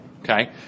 Okay